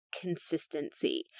consistency